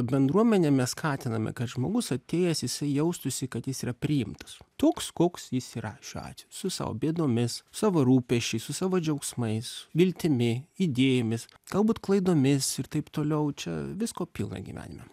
bendruomenėj mes skatiname kad žmogus atėjęs jisai jaustųsi kad jis yra priimtas toks koks jis yra šiuo atveju su savo bėdomis savo rūpesčiais su savo džiaugsmais viltimi idėjomis galbūt klaidomis ir taip toliau čia visko pilna gyvenime